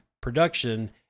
production